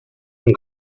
and